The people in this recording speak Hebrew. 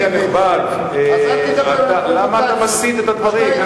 אדוני הנכבד, למה אתה מסיט את הדברים?